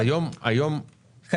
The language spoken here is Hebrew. אז היום המנגנון עובד?